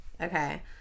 Okay